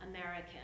American